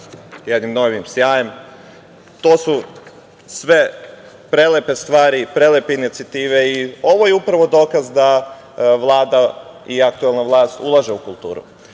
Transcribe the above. jednim novim sjajem. To su sve prelepe stvari, prelepe inicijative i ovo je upravo dokaz da Vlada i aktuelna vlast ulaže u kulturu.